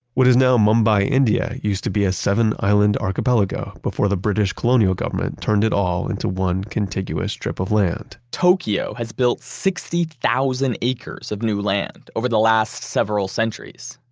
what is now mumbai india used to be a seven island archipelago before the british colonial government turned it all into one contiguous strip of land. tokyo has built sixty thousand acres of new land over the last several centuries.